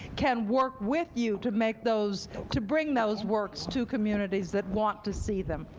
can work with you to make those to bring those works to communities that want to see them.